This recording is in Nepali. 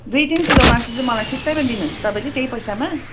दुई तिन किलो मासु चाहिँ मलाई सित्तैमा दिनुहुन्छ तपाईँले त्यही पैसामा